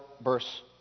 verse